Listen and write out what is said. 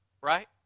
right